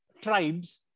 tribes